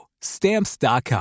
Stamps.com